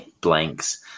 blanks